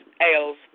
ales